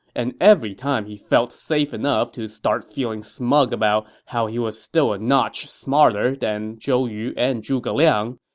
and every time he felt safe enough to start feeling smug about how he was still a notch smarter than zhou yu and zhuge liang,